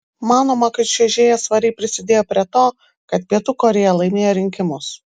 manoma kad čiuožėja svariai prisidėjo prie to kad pietų korėja laimėjo rinkimus